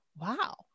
wow